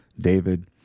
David